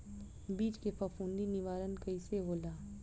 बीज के फफूंदी निवारण कईसे होला?